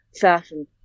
fashion